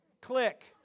Click